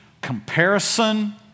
comparison